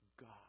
God